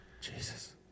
Jesus